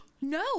No